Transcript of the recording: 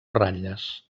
ratlles